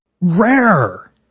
rare